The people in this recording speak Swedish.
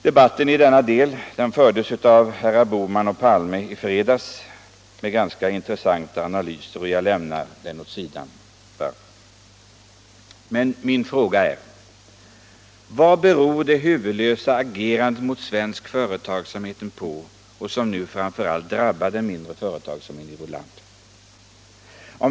Debatten i denna del fördes av herrar Bohman och Palme i fredags med intressanta analyser, och jag lämnar den därför åt sidan. Min fråga är: Vad beror det huvudlösa agerandet mot svensk företagsamhet på, något som nu framför allt drabbar den mindre företagsamheten i vårt land?